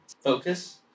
Focus